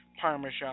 Parmesan